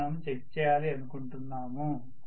అదే మనము చెక్ చేయాలి అనుకుంటున్నాము